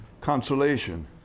consolation